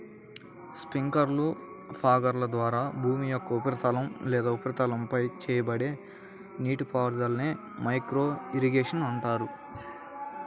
స్ప్రింక్లర్లు, ఫాగర్ల ద్వారా భూమి యొక్క ఉపరితలం లేదా ఉపరితలంపై చేయబడే నీటిపారుదలనే మైక్రో ఇరిగేషన్ అంటారు